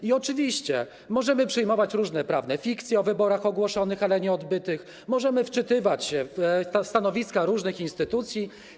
I oczywiście możemy przyjmować różne prawne fikcje o wyborach ogłoszonych, ale nieodbytych, możemy wczytywać się w stanowiska różnych instytucji.